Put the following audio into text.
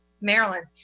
Maryland